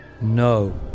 No